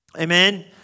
Amen